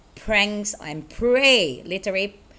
pranks and prey literally